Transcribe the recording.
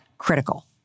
critical